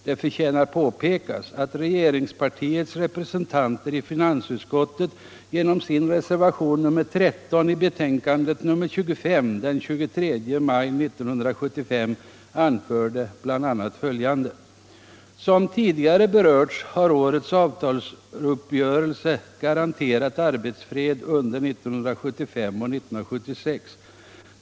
Det förtjänar påpekas att regeringspartiets representanter i finansutskottet genom sin reservation nr 13 i betänkandet nr 25 den 23 maj 1975 anförde bl.a. följande: ”Som utskottet tidigare berört har årets avtalsuppgörelse garanterat arbetsfred under 1975 och 1976.